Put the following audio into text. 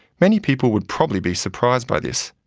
many people would probably be surprised by this,